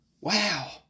wow